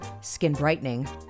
skin-brightening